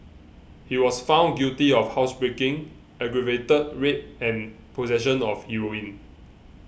he was found guilty of housebreaking aggravated rape and possession of heroin